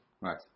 Right